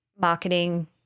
marketing